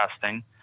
testing